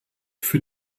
für